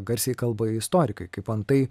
garsiai kalba istorikai kaip antai